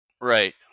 Right